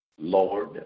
Lord